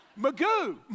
Magoo